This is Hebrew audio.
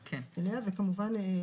וכמובן,